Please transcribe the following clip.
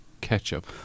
ketchup